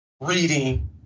reading